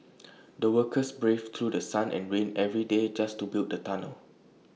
the workers braved through The Sun and rain every day just to build the tunnel